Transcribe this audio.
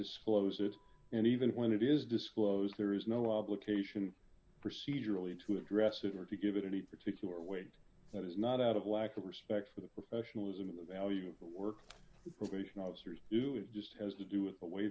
disclose it and even when it is disclosed there is no obligation procedurally to address it or to give it any particular weight that is not out of lack of respect for the professionalism of the value work probation officers do it just has to do with the way